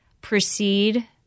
proceed